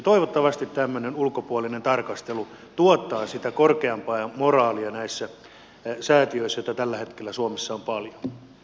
toivottavasti tämmöinen ulkopuolinen tarkastelu tuottaa sitä korkeampaa moraalia näissä säätiöissä joita tällä hetkellä suomessa on paljon